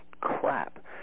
crap